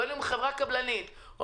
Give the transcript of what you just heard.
חברה קבלנית,